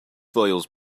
files